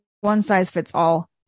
one-size-fits-all